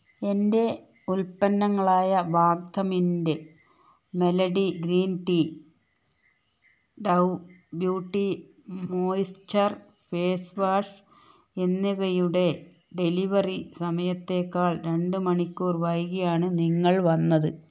എന്റെ ഉൽപ്പന്നങ്ങളായ വാഹ്ദമിൻ്റെ melody green tea Dove beauty moisture face wash എന്നിവയുടെ ഡെലിവറി സമയത്തേക്കാൾ രണ്ടുമണിക്കൂർ വൈകിയാണ് നിങ്ങൾ വന്നത്